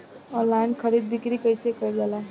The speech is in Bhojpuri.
आनलाइन खरीद बिक्री कइसे कइल जाला?